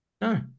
No